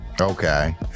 Okay